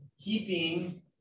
keeping